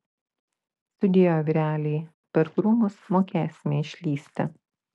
sudieu vyreliai per krūmus mokėsime išlįsti